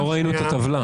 לא ראינו את הטבלה.